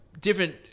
different